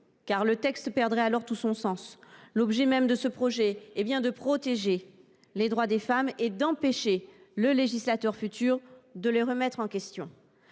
car le texte perdrait alors tout son sens. L’objet même de ce projet de loi constitutionnelle est bien de protéger les droits des femmes et d’empêcher le législateur futur de les remettre en question.